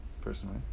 personally